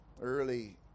early